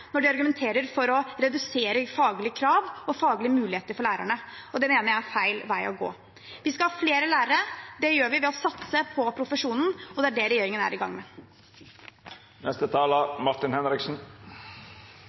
når de argumenterer for å redusere faglige krav og faglige muligheter for lærerne, og det mener jeg er feil vei å gå. Vi skal ha flere lærere. Det gjør vi ved å satse på profesjonen, og det er det regjeringen er i gang med.